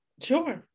sure